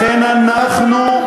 לכן אנחנו,